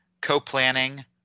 co-planning